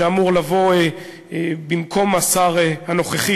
שאמור לבוא במקום השר הנוכחי,